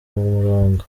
murongo